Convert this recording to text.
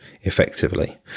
effectively